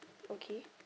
okay